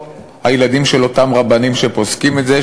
הילדים של אותם רבנים שפוסקים את זה,